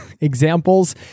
examples